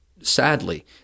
sadly